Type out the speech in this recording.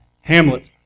Hamlet